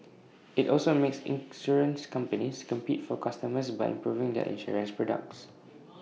IT also makes insurance companies compete for customers by improving their insurance products